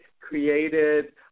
created